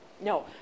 No